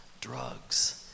Drugs